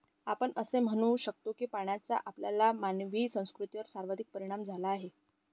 आपण असे म्हणू शकतो की पाण्याचा आपल्या मानवी संस्कृतीवर सर्वाधिक परिणाम झाला आहे